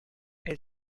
elle